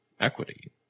equity